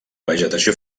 vegetació